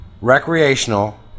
recreational